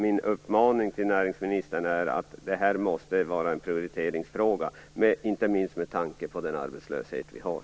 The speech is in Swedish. Min uppmaning till näringsministern är att detta måste vara en prioriteringsfråga, inte minst med tanke på den arbetslöshet vi har.